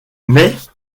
mais